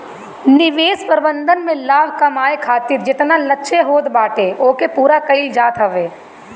निवेश प्रबंधन में लाभ कमाए खातिर जेतना लक्ष्य होत बाटे ओके पूरा कईल जात हवे